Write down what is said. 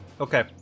okay